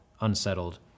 unsettled